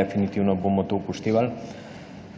Definitivno bomo to upoštevali.